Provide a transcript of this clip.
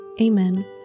Amen